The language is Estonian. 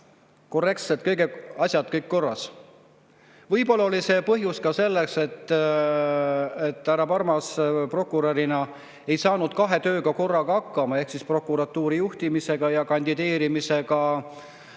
ei ole asjad kõik korras. Võib-olla oli põhjus ka selles, et härra Parmas prokurörina ei saanud kahe tööga korraga hakkama: prokuratuuri juhtimisega ja kandideerimisega